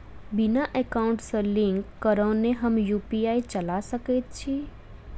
बिना एकाउंट सँ लिंक करौने हम यु.पी.आई चला सकैत छी?